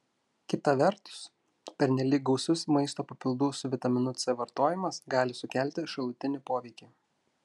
kita vertus pernelyg gausus maisto papildų su vitaminu c vartojimas gali sukelti šalutinį poveikį